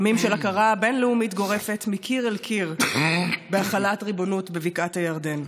ימים של הכרה בין-לאומית גורפת מקיר אל קיר בהחלת ריבונות בבקעת הירדן,